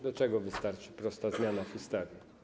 Do czego wystarczy prosta zmiana w ustawie?